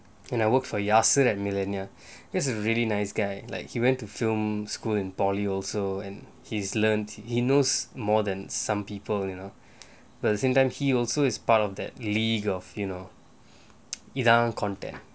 and I worked for yasser at millenia he's a really nice guy like he went to film school in polytechnic also and he's learnt he knows more than some people you know but at the same time he also is part of that league of you know இதான்:ithaan content